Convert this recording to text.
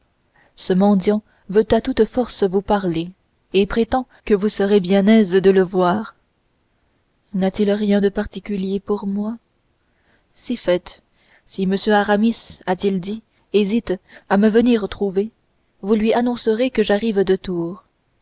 ce mendiant veut à toute force vous parler et prétend que vous serez bien aise de le voir n'a-t-il rien dit de particulier pour moi si fait si m aramis a-t-il dit hésite à me venir trouver vous lui annoncerez que j'arrive de tours